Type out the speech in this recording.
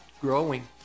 growing